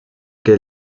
que